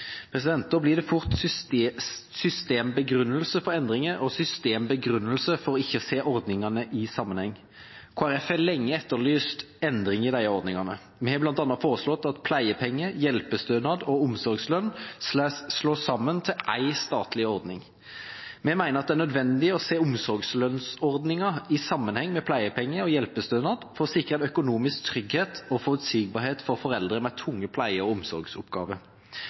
Da blir det fort systembegrunnelse for endringer og systembegrunnelse for ikke å se ordningene i sammenheng. Kristelig Folkeparti har lenge etterlyst endringer i disse ordningene. Vi har bl.a. foreslått at pleiepenger, hjelpestønad og omsorgslønn slås sammen til én statlig ordning. Vi mener at det er nødvendig å se omsorgslønnsordningen i sammenheng med pleiepenger og hjelpestønad for å sikre økonomisk trygghet og forutsigbarhet for foreldre med tunge pleie- og omsorgsoppgaver.